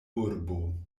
urbo